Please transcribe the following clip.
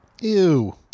Ew